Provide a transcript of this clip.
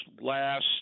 last